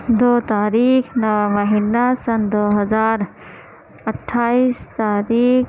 دو تاریخ نواں مہینہ سن دو ہزار اٹھائیس تاریخ